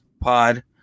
pod